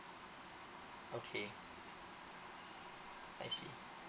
okay I see